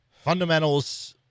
Fundamentals